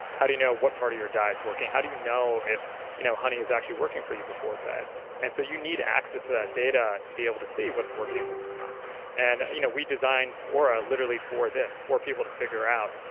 how do you know what part of your diet is working. how do you know if you know honey is actually working for you before bed and so you need access to that data to be able to see what's working and what's not and you know we designed oura ah literally for this, for people to figure out,